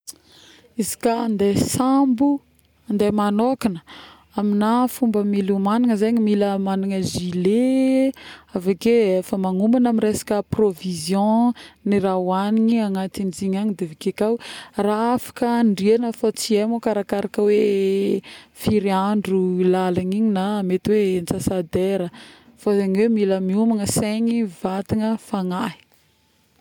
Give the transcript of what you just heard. Izy ka andeha sambo andeha magnôkagna amina fomba mila homagniny zegny, mila managna gilet, avekeo efa manomagna resaka provision le raha hoanigny anatign'izy agny, de aveke kao raha afaka andriagna fa tsy ay mo ka arakaraka hoe firy andro igny lalagna igny na mety hoe antsa-dera, fa zegny hoe mila miomagna saigny, vatagna, fagnahy